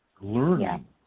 learning